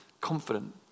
confident